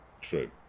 true